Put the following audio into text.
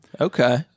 Okay